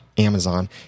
Amazon